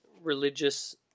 religious